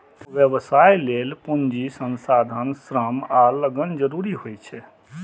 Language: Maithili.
व्यवसाय लेल पूंजी, संसाधन, श्रम आ लगन जरूरी होइ छै